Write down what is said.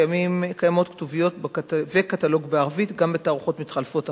קיימים כתוביות וקטלוג בערבית גם בתערוכות מתחלפות אחדות,